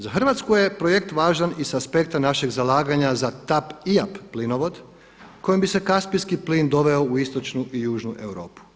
Za Hrvatsku je projekt važan i s aspekta našeg zalaganja za TAP IAP plinovod kojim bi se kaspijski plin doveo u Istočnu i Južnu Europu.